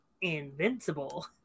Invincible